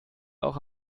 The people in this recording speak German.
auch